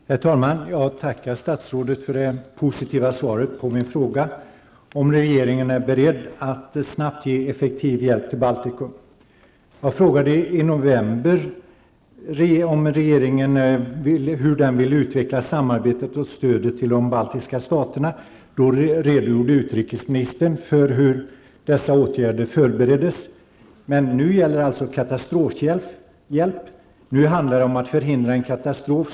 Herr talman! Jag tackar statsrådet för det positiva svaret på min fråga när det gäller huruvida regeringen är beredd att snabbt ge effektiv hjälp till Baltikum. Jag frågade i november hur regeringen vill utveckla samarbetet och stödet till de baltiska staterna. Utrikesministern redogjorde då för hur dessa åtgärder förbereddes. Nu gäller det i stället katastrofhjälp. Nu handlar det om att förhindra en katastrof.